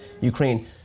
Ukraine